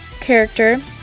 character